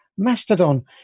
mastodon